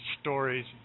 stories